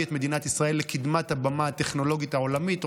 את מדינת ישראל לקדמת הבמה הטכנולוגית העולמית.